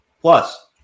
Plus